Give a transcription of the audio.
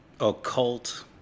occult